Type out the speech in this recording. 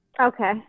Okay